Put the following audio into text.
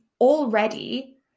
already